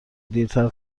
دیرتر